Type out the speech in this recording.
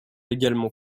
également